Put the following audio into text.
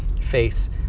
face